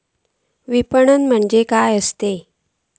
विपणन म्हणजे काय असा?